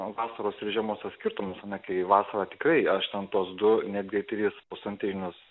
vasaros ir žiemos tas skirtumas ane kai vasarą tikrai aš ten tuos du netgi tris pusantrinius